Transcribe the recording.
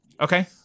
Okay